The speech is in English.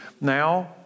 Now